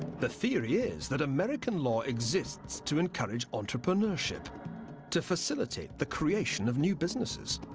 the theory is that american law exists to encourage entrepreneurship to facilitate the creation of new businesses.